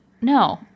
no